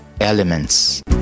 Elements